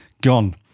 gone